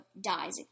dies